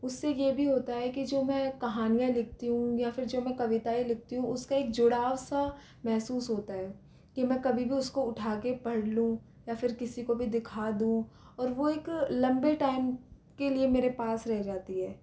उससे यह भी होता है की जो मैं कहानियाँ लिखती हूँ या फिर जो मैं कविताएँ लिखती हूँ उसका एक जुड़ाव सा महसूस होता है कि मैं कभी भी उसको उठा के पढ़ लूँ या फिर किसी को भी दिखा दूँ और वो एक लंबे टाइम के लिए मेरे पास रह जाती है